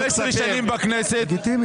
שרן כיבדה אותך, היא לא הפריעה לך, אל תפריעי לה.